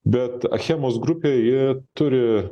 bet achemos grupė ji turi